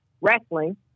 wrestling